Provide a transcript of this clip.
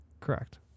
Correct